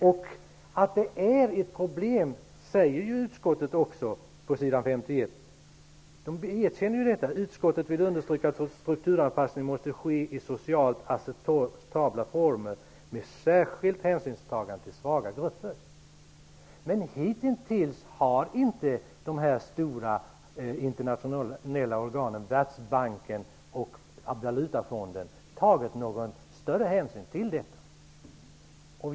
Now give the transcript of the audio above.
På s. 51 i betänkandet erkänner utskottet att detta är ett problem: ''Utskottet vill undstryka att strukturanpassning måste ske i socialt acceptabla former med särskilt hänsynstagande till svaga grupper.'' Men hitintills har inte de stora internationella organen, Världsbanken och Valutafonden, tagit någon större hänsyn till detta.